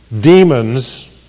demons